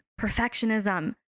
perfectionism